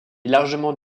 largement